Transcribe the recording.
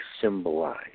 symbolize